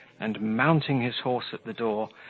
and, mounting his horse at the door,